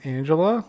Angela